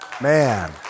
Man